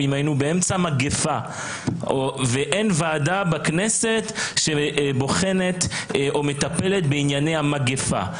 אם היינו באמצע מגיפה ואין ועדה בכנסת שבוחנת או מטפלת בענייני המגפה.